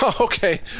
Okay